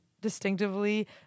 distinctively